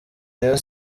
rayon